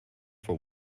for